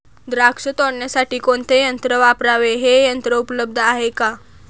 द्राक्ष तोडण्यासाठी कोणते यंत्र वापरावे? हे यंत्र उपलब्ध आहे का?